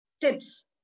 tips